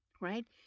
right